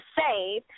save